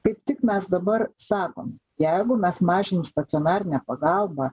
kaip tik mes dabar sakom jeigu mes mažinam stacionarinę pagalbą